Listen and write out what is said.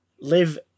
live